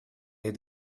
had